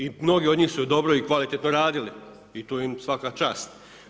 I mnogi od njih su dobro i kvalitetno radili i tu im svaka čast.